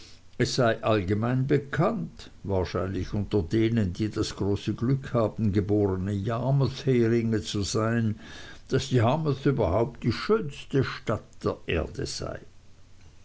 es sei allgemein bekannt wahrscheinlich unter denen die das große glück haben geborene yarmouth heringe zu sein daß yarmouth überhaupt die schönste stadt der erde sei